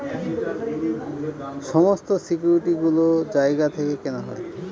সমস্ত সিকিউরিটি গুলো জায়গা থেকে কেনা হয়